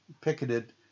picketed